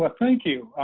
but thank you.